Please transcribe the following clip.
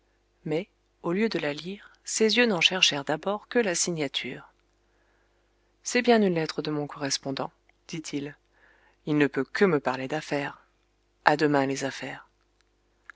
mais au lieu de la lire ses yeux n'en cherchèrent d'abord que la signature c'est bien une lettre de mon correspondant dit-il il ne peut que me parler d'affaires a demain les affaires